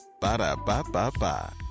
Ba-da-ba-ba-ba